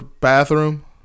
bathroom